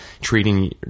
treating